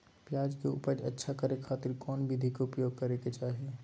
प्याज के उपज अच्छा करे खातिर कौन विधि के प्रयोग करे के चाही?